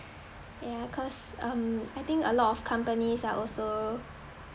ya cause um I think a lot of companies are also